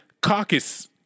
caucus